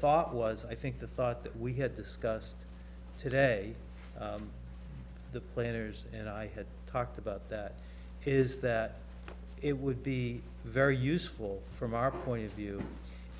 thought was i think the thought that we had discussed today the planners and i had talked about that is that it would be very useful from our point of view